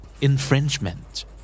Infringement